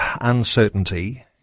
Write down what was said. uncertainty